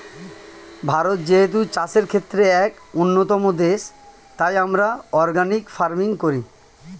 ভারত যেহেতু চাষের ক্ষেত্রে এক অন্যতম দেশ, তাই আমরা অর্গানিক ফার্মিং করি